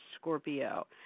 scorpio